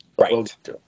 Right